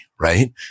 right